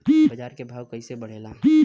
बाजार के भाव कैसे बढ़े ला?